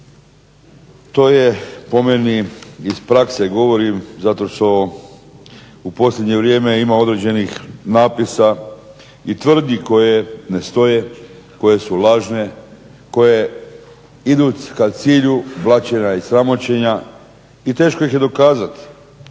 to je po meni iz prakse govorim zato što u posljednje vrijeme ima određenih napisa i tvrdnji koje ne stoje, koje su lažne, koje idu ka cilju blaćenja i sramoćenja, i teško ih je dokazati,